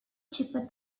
cheaper